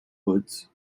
woods